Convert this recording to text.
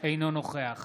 אינו נוכח